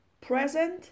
Present